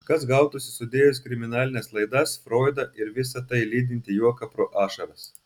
kas gautųsi sudėjus kriminalines laidas froidą ir visa tai lydintį juoką pro ašaras